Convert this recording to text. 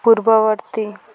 ପୂର୍ବବର୍ତ୍ତୀ